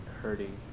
hurting